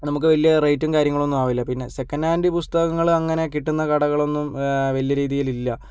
നമുക്ക് വലിയ റേറ്റും കാര്യങ്ങളൊന്നും ആവില്ല പിന്നെ സെക്കൻ്റ് ഹേൻ്റ് പുസ്തകങ്ങൾ അങ്ങനെ കിട്ടുന്ന കടകളൊന്നും വലിയ രീതിയിലില്ല